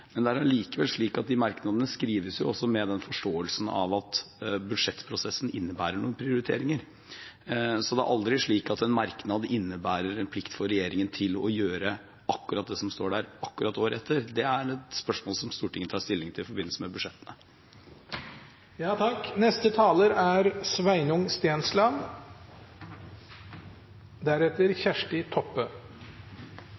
men det er allikevel slik at de merknadene også skrives med forståelsen av at budsjettprosessen innebærer noen prioriteringer. Så det er aldri slik at en merknad innebærer en plikt for regjeringen til å gjøre akkurat det som står der, akkurat året etter. Det er et spørsmål som Stortinget tar stilling til i forbindelse med budsjettene. Mitt største bidrag til farmasøytmangelen i Norge er